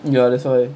ya that's why